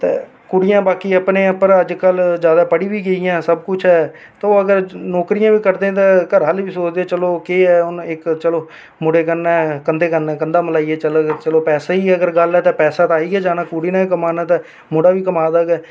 ते कुड़ियें बाकी अपना अजकल भ्रा जैदा पढी बी गेइयां तां किश ओह् नौकरियां बी करदे न ते घरै आह्ले बी सोचदे चलो केह् ऐ हून इक मुड़े कन्नै कंधा कन्नै कंधा मलाइयै चलग चलो पैसे दी अगर गल्ल ऐ ते पैसा ते आई गै जाना कुड़ी ने बी कमाना ते मुड़ा बी कमा दा गै